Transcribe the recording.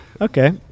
Okay